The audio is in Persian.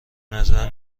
نظر